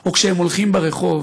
או כשהם הולכים ברחוב